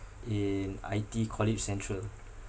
in I_T_E college central